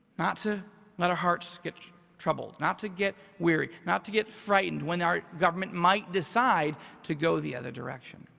not to let our heart skitch trouble, not to get weary, not to get frightened when our government might decide to go the other direction.